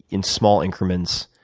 in small increments,